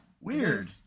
weird